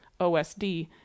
OSD